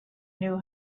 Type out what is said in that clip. knew